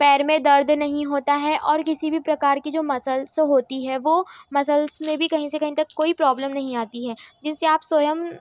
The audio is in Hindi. पैर में दर्द नहीं होता है और किसी भी प्रकार की जो मसल्स होती हैं वह मसल्स में भी कहीं से कहीं तक कोई प्रोब्लम नहीं आती है जिससे आप स्वयं